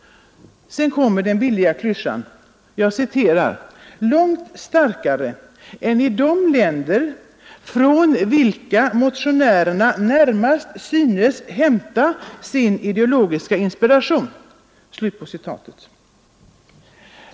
Sedan kommer den billiga klyschan ”långt starkare än i de länder, från vilka motionärerna närmast synes hämta sin ideologiska inspiration”.